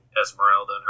Esmeralda